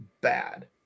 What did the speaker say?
bad